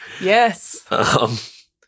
Yes